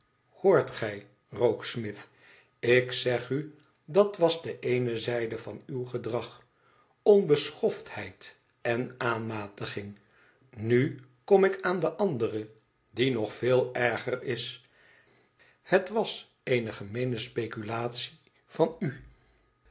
hoort gij rokesmith ik zeg u dat was de eene zijde van uw gedrag onbeschoftheid en aanmatiging nu kom ik aan de andere die nog veel erger is het was eene gemeene speculatie van u